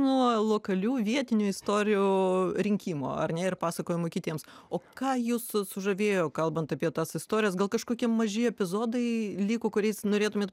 nuo lokalių vietinių istorijų rinkimo ar ne ir pasakojimų kitiems o ką jus su sužavėjo kalbant apie tas istorijas gal kažkokie maži epizodai liko kuriais norėtumėt